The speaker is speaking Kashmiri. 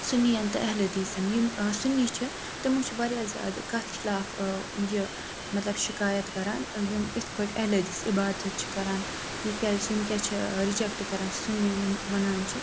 سُنِیَن تہٕ اہل حدیثَن یِم ٲں سُنی چھِ تمو چھُ واریاہ زیادٕ کتھ خِلاف ٲں یہِ مطلب شکایت کران یِم یِتھ پٲٹھۍ اہل حدیث عبادت چھِ کَران یہِ کیٛازِ یِم کیازِ چھِ رِجیٚکٹ کران سنی یِم ونان چھِ